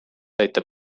aitab